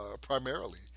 primarily